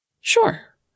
Sure